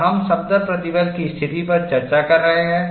और हम समतल प्रतिबल की स्थिति पर चर्चा कर रहे हैं